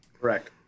Correct